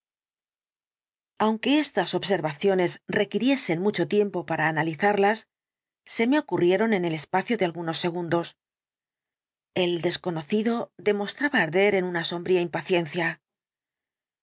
aunque estas observaciones requiriesen mucho tiempo para analizarlas se me ocurrieron en el espacio de algunos segundos el desconocido demostraba arder en una sombría impaciencia